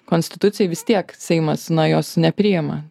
konstitucijai vis tiek seimas na jos nepriima